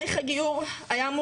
כן,